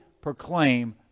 proclaim